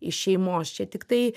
iš šeimos čia tiktai